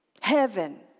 Heaven